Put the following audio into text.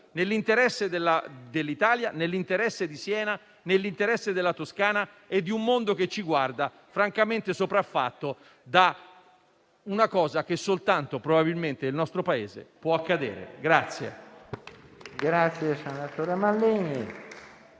nell'interesse dell'Italia, nell'interesse di Siena, della Toscana e di un mondo che ci guarda francamente sopraffatto da un fatto che soltanto, probabilmente, nel nostro Paese può accadere.